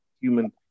human